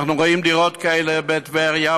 אנחנו רואים דירות כאלה בטבריה,